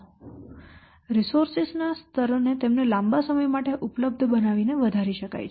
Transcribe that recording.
તેથી રીસોર્સેસ નાં સ્તરો તેમને લાંબા સમય માટે ઉપલબ્ધ બનાવીને વધારી શકાય છે